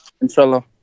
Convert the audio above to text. Inshallah